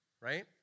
right